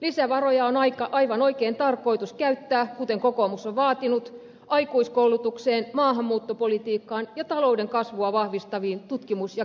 lisävaroja on aivan oikein tarkoitus käyttää kuten kokoomus on vaatinut aikuiskoulutukseen maahanmuuttopolitiikkaan ja talouden kasvua vahvistaviin tutkimus ja kehitysinvestointeihin